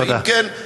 ואם כן,